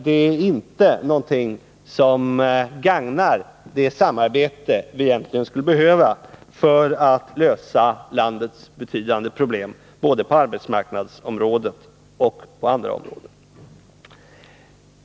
Det gagnar inte det samarbete som vi egentligen skulle behöva för att kunna lösa landets betydande problem både på arbetsmarknadsområdet och på andra områden.